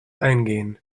eingehen